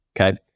Okay